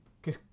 que